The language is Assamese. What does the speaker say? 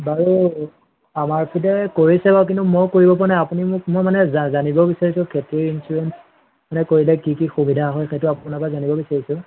বাৰু আমাৰ পিনি কৰিছে বাৰু কিন্তু মই কৰিব পৰা নাই আপুনি মোক মই মানে জানিব বিছাৰিছোঁ খেতিৰ ইঞ্চুৰেঞ্চ মানে কৰিলে কি কি সুবিধা হয় সেইটো আপোনাৰপৰা জানিব বিছাৰিছোঁ